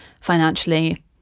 financially